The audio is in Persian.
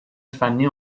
فنی